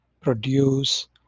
produce